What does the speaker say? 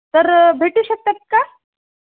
तर भेटू शकतात का